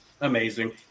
amazing